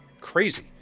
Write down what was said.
crazy